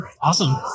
Awesome